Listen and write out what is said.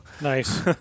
nice